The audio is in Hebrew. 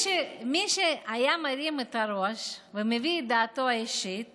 מי שהיה מרים את הראש ומביע את דעתו האישית